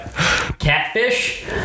Catfish